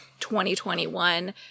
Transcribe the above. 2021